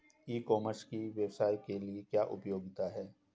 ई commerce की व्यवसाय के लिए क्या उपयोगिता है?